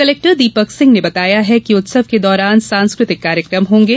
collector Deepak Singh ने बताया कि उत्सव के दौरान सांस्कृतिक कार्यकम होंगे